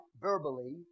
verbally